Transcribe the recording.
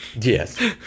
Yes